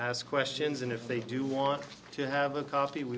ask questions and if they do want to have a copy